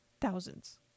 Thousands